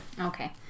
Okay